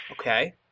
Okay